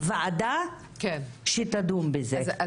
ועדה שתדון בזה.